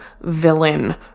villain